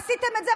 עשיתם את זה,